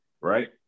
right